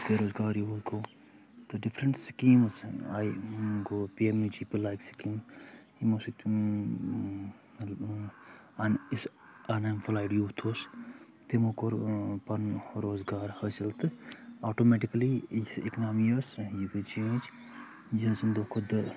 یُس بےروزگاری گوٚو تہٕ ڈِفرَنٛٹ سِکیٖمٕز آیہِ گوٚو پی اٮ۪م جی پٕلاے سِکیٖم یِمو سۭتۍ اَن یُسہٕ اَن اٮ۪مپٕلایڈ یوٗتھ اوس تِمو کوٚر پَنُن روزگار حٲصِل تہٕ آٹومیٹِکلی یہِاِکنامی ٲسۍ یہِ گٔیے چینٛج یہِ ہٮ۪ژٕن دۄہ کھۄ دۄہ